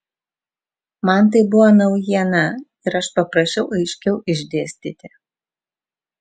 man tai buvo naujiena ir aš paprašiau aiškiau išdėstyti